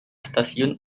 stasiun